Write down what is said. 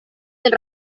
del